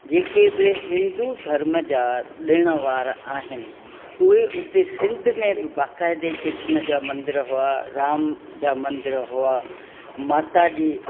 जेके बि हिंदू धर्म जा ॾिण वार आहिनि उहे उते सिंध में बि बक़ाइदे कृष्ण जा मंदर हुआ राम जा मंदर हुआ माता जी